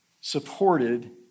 supported